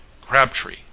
crabtree